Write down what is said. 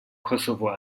kosovo